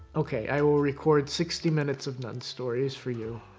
okay. i will record sixty minutes of nun stories for you.